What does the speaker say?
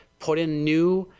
put in new,